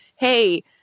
hey